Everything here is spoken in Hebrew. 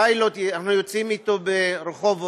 פיילוט שאנחנו יוצאים איתו ברחובות,